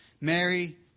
Mary